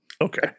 Okay